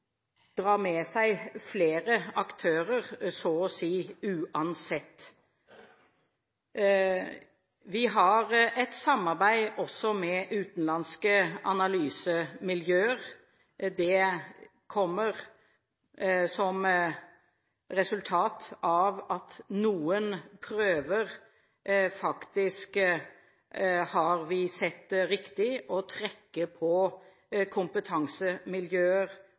dra med seg flere aktører – så å si uansett. Vi har et samarbeid også med utenlandske analysemiljøer. Det kommer som resultat av at vi i forbindelse med noen prøver faktisk har sett det riktig å trekke på kompetansemiljøer